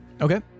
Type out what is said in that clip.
Okay